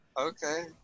Okay